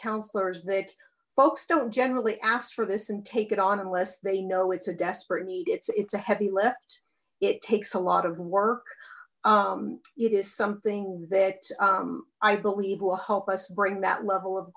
councillors that folks don't generally ask for this and take it on unless they know it's a desperate need it's it's a heavy lift it takes a lot of work it is something that i believe will help us bring that level of